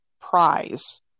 prize